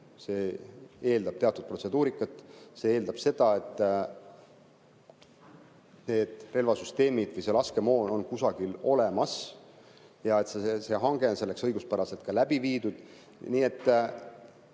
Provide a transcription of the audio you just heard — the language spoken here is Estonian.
see eeldab teatud protseduurikat. See eeldab seda, et need relvasüsteemid või see laskemoon on kusagil olemas ja see hange on õiguspäraselt läbi viidud.